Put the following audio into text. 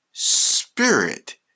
Spirit